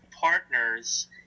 partners